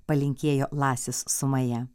palinkėjo lasis su maja